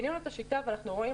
אני רוצה